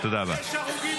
תודה רבה.